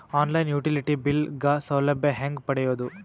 On line utility bill ಗ ಸೌಲಭ್ಯ ಹೇಂಗ ಪಡೆಯೋದು?